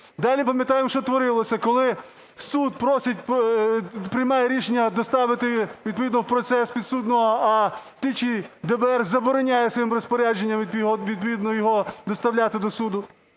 Далі, пам'ятаємо, що творилося, коли суд приймає рішення доставити відповідно в процес підсудного, а слідчий ДБР забороняє своїм розпорядженням відповідно його доставляти до суду.